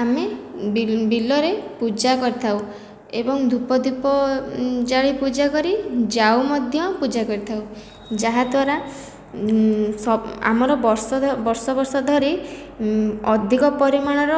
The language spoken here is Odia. ଆମେ ବିଲ୍ ବିଲରେ ପୂଜା କରିଥାଉ ଏବଂ ଧୂପଦୀପ ଜାଳି ପୂଜାକରି ଯାଉ ମଧ୍ୟ ପୂଜା କରିଥାଉ ଯାହାଦ୍ଵାରା ଆମର ବର୍ଷ ବର୍ଷ ଧରି ଅଧିକ ପରିମାଣର